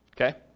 Okay